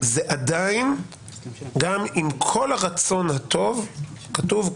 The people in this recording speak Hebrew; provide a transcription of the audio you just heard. עדיין גם עם כל הרצון הטוב כתוב,